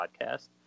podcast